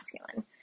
masculine